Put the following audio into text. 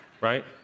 Right